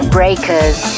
Breakers